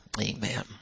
Amen